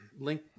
link